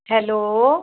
hello